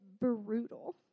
brutal